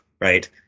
Right